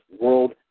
World